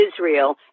Israel